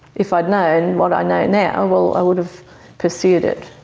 if i'd known what i know now, well i would have pursued it.